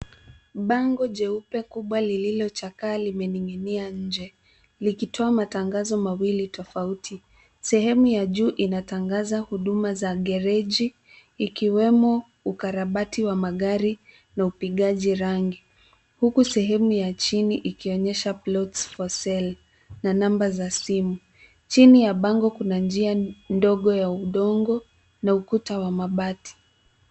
Bango jeupe kubwa lililochakaa limening'inia nje likitoa matangazo mawili tofauti, sehemu ya juu inatangaza huduma za gereji ikiwemo ukarabati wa magari na upigaji rangi huku sehemu ya chini ikionyesha plots for sale na namba za simu. Chini ya bango kuna njia ndogo ya udongo na ukuta wa mabati.